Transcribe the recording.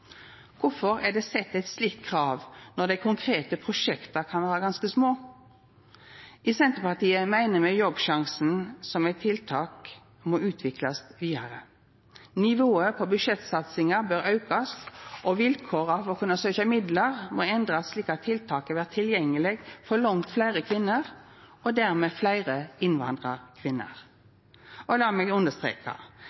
Kvifor er det sett eit slikt krav når dei konkrete prosjekta kan vera ganske små? I Senterpartiet meiner me Jobbsjansen som eit tiltak må utviklast vidare. Nivået på budsjettsatsinga bør aukast, og vilkåra for å kunna søkja midlar må endrast, slik at tiltaket blir tilgjengeleg for langt fleire kvinner, og dermed fleire innvandrarkvinner.